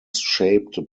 shaped